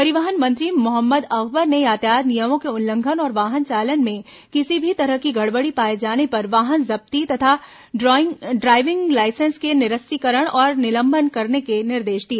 परिवहन मंत्री मोहम्मद अकबर ने यातायात नियमों के उल्लंघन और वाहन चालन में किसी भी तरह की गड़बड़ी पाए जाने पर वाहन जब्ती तथा ड्राइविंग लाइसेंस के निरस्तीकरण और निलंबन करने के निर्देश दिए